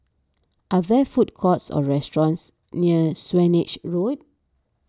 are there food courts or restaurants near Swanage Road